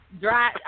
dry